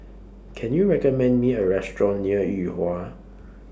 Can YOU recommend Me A Restaurant near Yuhua